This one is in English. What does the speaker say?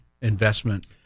investment